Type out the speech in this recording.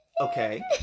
Okay